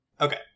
Okay